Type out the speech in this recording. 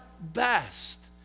best